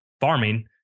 farming